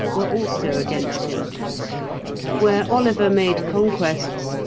were also against him where oliver made conquests,